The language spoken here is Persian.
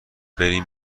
بریم